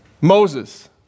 Moses